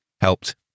helped